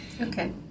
Okay